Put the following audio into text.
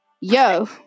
Yo